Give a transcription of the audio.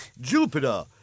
Jupiter